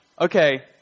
Okay